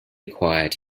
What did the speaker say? acquired